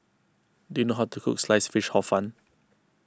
do you know how to cook Sliced Fish Hor Fun